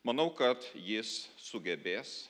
manau kad jis sugebės